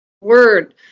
word